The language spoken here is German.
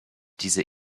diese